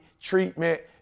treatment